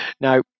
Now